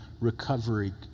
recovery